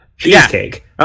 Cheesecake